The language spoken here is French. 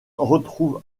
retrouve